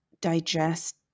digest